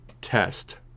test